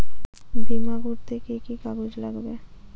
বিমা করতে কি কি কাগজ লাগবে?